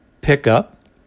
pickup